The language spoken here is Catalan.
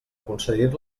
concedir